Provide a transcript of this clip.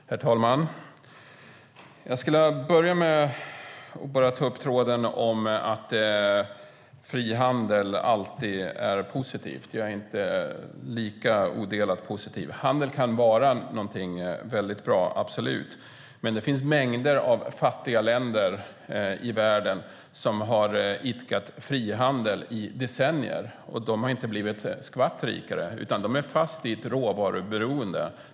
Herr talman! Jag börjar med att ta upp tråden om att frihandel alltid är positivt. Jag är inte lika odelat positiv till det. Handel kan vara någonting mycket bra, absolut, men det finns mängder av fattiga länder i världen som i decennier idkat frihandel utan att ha blivit ett skvatt rikare. De är fast i ett råvaruberoende.